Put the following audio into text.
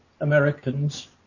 Americans